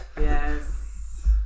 Yes